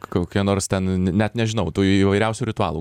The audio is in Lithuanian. kokie nors ten net nežinau tų įvairiausių ritualų